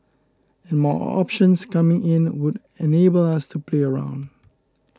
and more options coming in would enable us to play around